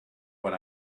what